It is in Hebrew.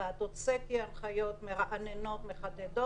מה יקרה אם תתחיל התפרצות יותר גדולה ואם מספר התחלואה יגדל?